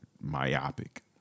myopic